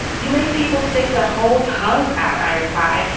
you make people stick their whole tongues out. i reply,